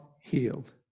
healed